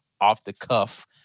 off-the-cuff